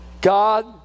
God